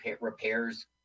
repairs